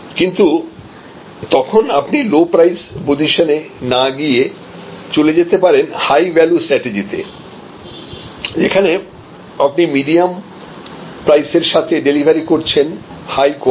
কিন্তু তখন আপনি লো প্রাইস পজিশন না নিয়ে চলে যেতে পারেন হাই ভ্যালু স্ট্র্যাটেজি তে যেখানে আপনি মিডিয়াম প্রাইস এর সাথে ডেলিভারি করছেন হাই কোয়ালিটি